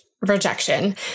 rejection